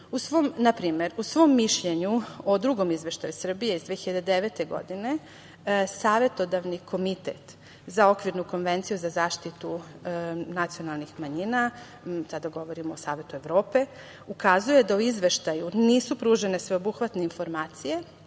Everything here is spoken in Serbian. primer, u svom mišljenju o drugom izveštaju Srbije iz 2009. godine, Savetodavni komitet za Okvirnu konvenciju za zaštitu nacionalnih manjina, sada govorim o Savetu Evrope, ukazuje da u izveštaju nisu pružene sveobuhvatne informacije